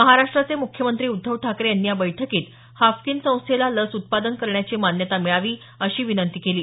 महाराष्ट्राचे मुख्यमंत्री उद्धव ठाकरे यांनी या बैठकीत हाफकिन संस्थेला लस उत्पादन करण्याची मान्यता मिळावी अशी विनंती केली